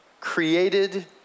created